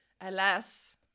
alas